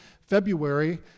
February